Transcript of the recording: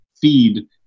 feed